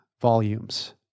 Volumes